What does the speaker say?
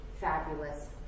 fabulous